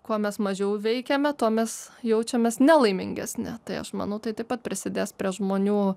kuo mes mažiau veikiame tuo mes jaučiamės nelaimingesni tai aš manau tai taip pat prisidės prie žmonių